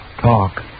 talk